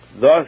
Thus